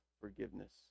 forgiveness